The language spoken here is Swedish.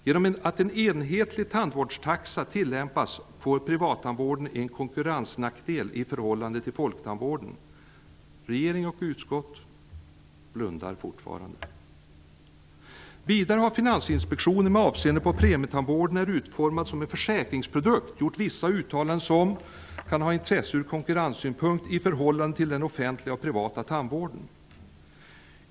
Genom att en enhetlig tandvårdstaxa tillämpas får privattandvården en konkurrensnackdel i förhållande till folktandvården. Regering och utskott blundar fortfarande. Vidare har Finansinspektionen med avseende på att premietandvården är utformad som en försäkringsprodukt gjort vissa uttalanden som kan ha intresse ur konkurrenssynpunkt när det gäller den offentliga och den privata tandvården.